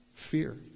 Fear